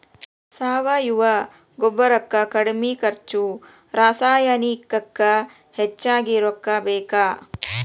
ಸಾವಯುವ ಗೊಬ್ಬರಕ್ಕ ಕಡಮಿ ಖರ್ಚು ರಸಾಯನಿಕಕ್ಕ ಹೆಚಗಿ ರೊಕ್ಕಾ ಬೇಕ